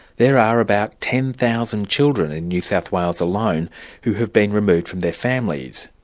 there are about ten thousand children in new south wales alone who have been removed from their families,